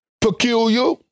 peculiar